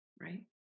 Right